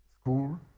school